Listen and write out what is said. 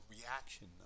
reaction